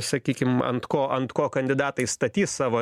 sakykim ant ko ant ko kandidatai statys savo